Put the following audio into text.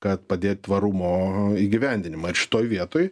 kad padėt tvarumo įgyvendinimą ir šitoj vietoj